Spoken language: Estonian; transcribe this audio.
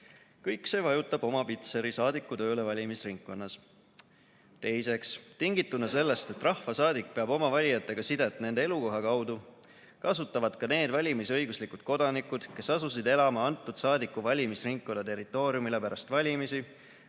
Kõik see vajutab oma pitseri saadiku tööle valimisringkonnas. Teiseks – tingituna sellest, et rahvasaadik peab oma valijatega sidet nende elukoha kaudu, kasutavad ka need valimisõiguslikud kodanikud, kes asusid elama antud saadiku valimisringkonna territooriumile pärast valimisi,